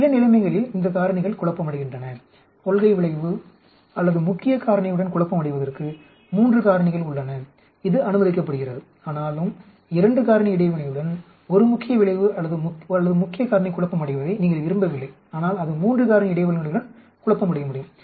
சில நிலைமைகளில் இந்த காரணிகள் குழப்பமடைகின்றன கொள்கை விளைவு அல்லது முக்கிய காரணியுடன் குழப்பமடைவதற்கு மூன்று காரணிகள் உள்ளன இது அனுமதிக்கப்படுகிறது ஆனாலும் 2 காரணி இடைவினையுடன் ஒரு முக்கிய விளைவு அல்லது முக்கிய காரணி குழப்பமடைவதை நீங்கள் விரும்பவில்லை ஆனால் அது 3 காரணி இடைவினைகளுடன் குழப்பமடைய முடியும்